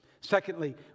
Secondly